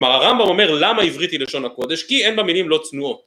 כלומר הרמב״ם אומר למה עברית היא לשון הקודש כי אין בה מילים לא צנועות